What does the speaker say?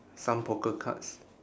some poker cards